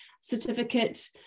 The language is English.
certificate